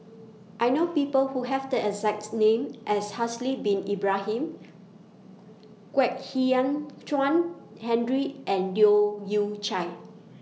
I know People Who Have The exact name as Haslir Bin Ibrahim Kwek Hian Chuan Hendry and Leu Yew Chye